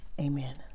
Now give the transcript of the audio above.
Amen